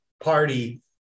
party